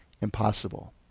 Impossible